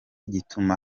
gituma